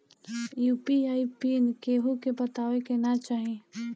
UPI pin केहू के बतावे के ना चाही